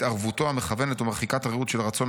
התערבותו המכוונת והמרחיקה ראות של הרצון